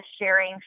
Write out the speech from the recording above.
sharing